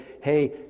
hey